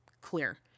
clear